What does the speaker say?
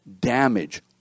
damage